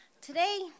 Today